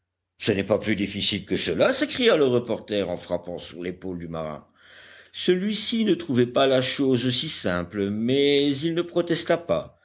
ce n'est pas plus difficile que cela s'écria le reporter en frappant sur l'épaule du marin celui-ci ne trouvait pas la chose si simple mais il ne protesta pas